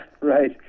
right